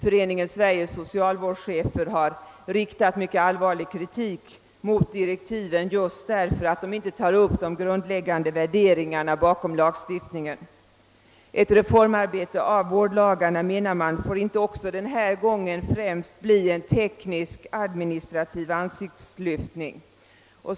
Föreningen Sveriges socialvårdschefer har riktat mycket allvarlig kritik mot direktiven just därför att de inte tar upp de grundläggande värderingarna bakom lagstiftningen. En reform av vårdlagarna får inte, menar man, också denna gång främst bli en teknisk och administrativ ansiktslyftning.